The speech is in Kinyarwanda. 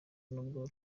n’ubwo